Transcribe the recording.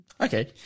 Okay